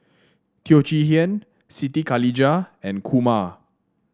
Teo Chee Hean Siti Khalijah and Kumar